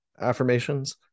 affirmations